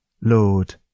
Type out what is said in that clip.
Lord